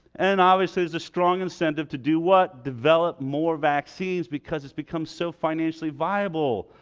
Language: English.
and obviously a strong incentive to do what? develop more vaccines because it's become so financially viable.